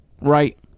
Right